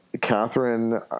Catherine